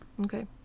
Okay